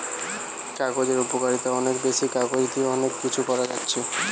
কাগজের উপকারিতা অনেক বেশি, কাগজ দিয়ে অনেক কিছু করা যাচ্ছে